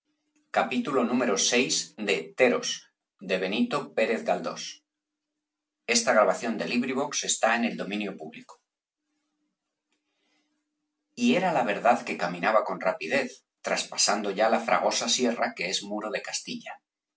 y era la verdad que caminaba con rapidez traspasando ya la fragosa sierra que es muro de castilla